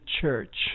church